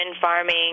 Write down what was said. farming